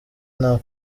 nta